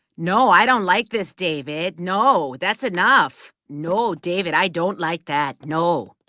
no, i don't like this, david. no. that's enough. no, david, i don't like that. no.